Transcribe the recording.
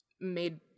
made